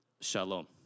shalom